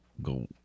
go